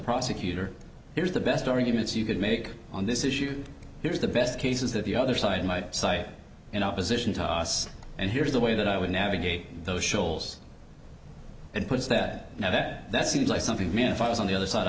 prosecutor here's the best arguments you could make on this issue here's the best case is that the other side by side in opposition to us and here's the way that i would navigate those shoals and puts that now that that seems like something if i was on the other side